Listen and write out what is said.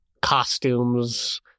costumes